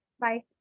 Bye